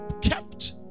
kept